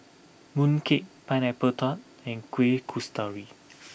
Mooncake Pineapple Tart and Kuih Kasturi